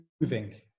moving